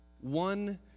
one